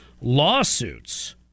lawsuits